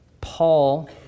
Paul